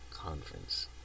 conference